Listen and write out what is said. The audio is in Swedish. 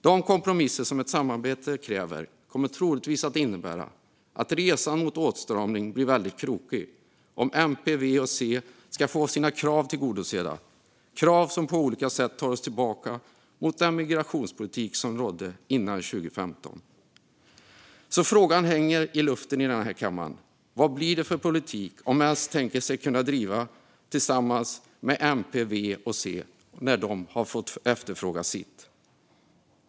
De kompromisser som ett samarbete kräver kommer troligtvis att innebära att resan mot en åtstramning blir väldigt krokig om MP, V och C ska få sina krav tillgodosedda, krav som på olika sätt tar oss tillbaka till den migrationspolitik som rådde före 2015. Frågan hänger i luften. Vad blir det för politik som S tänker sig kunna driva tillsammans med MP, V och C när de har fått efterfråga sitt?